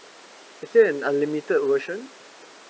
is it an unlimited version